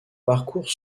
parcours